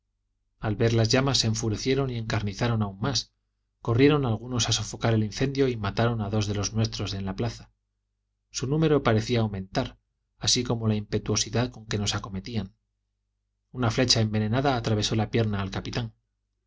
al ver las llamas se enfurecieron y encarnizaron aún más corrieron algunos a sofocar el incendio y mataron a dos de los nuestros en la plaza su número parecía aumentar así como la impetuosidad con que nos acometían una flecha envenenada atravesó la pierna al capitán